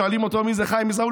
שואלים אותו מי זה חיים מזרחי,